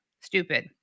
stupid